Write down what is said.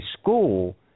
school